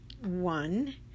one